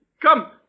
come